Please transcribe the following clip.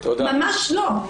ממש לא.